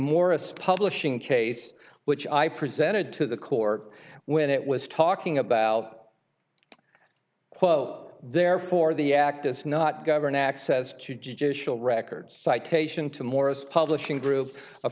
morris publishing case which i presented to the cork when it was talking about quo there for the act is not governed access to judicial records citation to morris publishing group